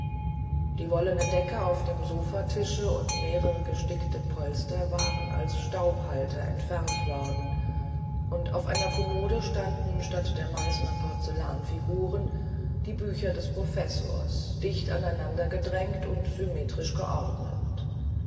die wollene decke auf dem sofatische und mehrere gestickte polster waren als staubhalter entfernt worden und auf einer kommode standen statt der meißner porzellanfiguren die bücher des professors dicht aneinander gedrängt und symmetrisch geordnet